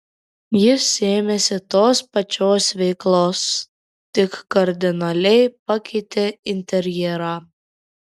jis ėmėsi tos pačios veiklos tik kardinaliai pakeitė interjerą